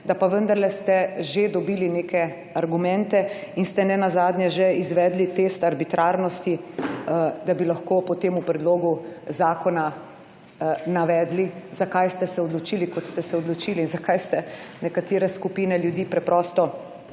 da pa vendarle ste že dobili neke argumente in ste nenazadnje že izvedli test arbitrarnosti, da bi lahko po tem predlogu zakona navedli zakaj ste se odločili kot ste odločili in zakaj ste nekatere skupine ljudi preprosto